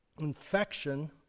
infection